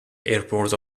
airport